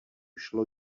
šlo